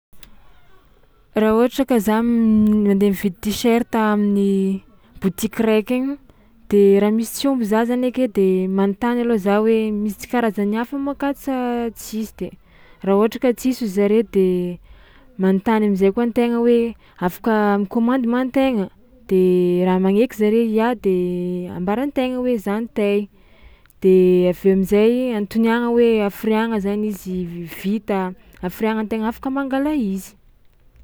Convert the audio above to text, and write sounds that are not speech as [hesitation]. Raha ohatra ka za [hesitation] nandeha t-shirt amin'ny botiky raiky igny de raha misy tsy omby za zany ake de manontany alôha za hoe: misy ts- karazany hafa moa akato sa tsisy de raha ohatra ka tsisy hoy zare de manontany am'zay koa an-tegna hoe afaka mikômandy moa an-tegna de raha manaiky zare ia de ambara an-tegna hoe zao ny taille de avy eo am'zay antoniagna hoe hafiriagna zany izy v- vita, hafiriagna an-tegna afaka mangala izy.